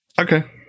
Okay